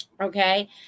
Okay